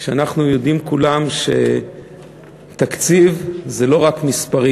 כשאנחנו יודעים כולם שתקציב זה לא רק מספרים.